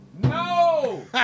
No